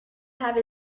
have